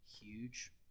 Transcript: huge